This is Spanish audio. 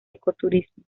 ecoturismo